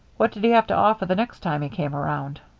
what did he have to offer the next time he came around?